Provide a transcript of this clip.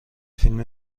فیلم